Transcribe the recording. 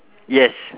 yes